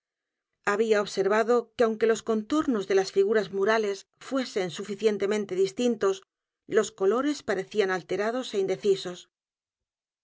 había observado que aunque los contornos de las figuras murales fuesen suficientemente distintos los colores parecían alterados é indecisos